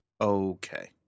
Okay